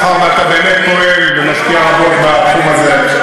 מאחר שאתה באמת פועל ומשקיע המון בתחום הזה,